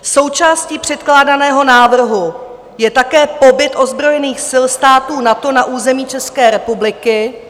Součástí předkládaného návrhu je také pobyt ozbrojených sil států NATO na území České republiky.